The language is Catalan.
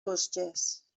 vosges